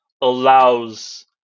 allows